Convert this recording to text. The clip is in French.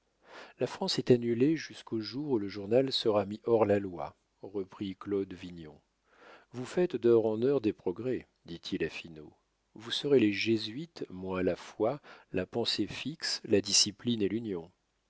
la france est annulée jusqu'au jour où le journal sera mis hors la loi reprit claude vignon vous faites d'heure en heure des progrès dit-il à finot vous serez les jésuites moins la foi la pensée fixe la discipline et l'union